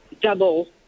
double